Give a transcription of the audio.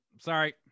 Sorry